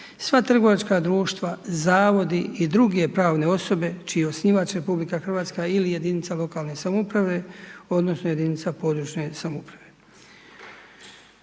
sva trgovačka društva, zavodi i druge pravne osobe čiji je osnivač RH ili jedinica lokalne samouprave, odnosno jedinica područne samouprave.